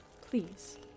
please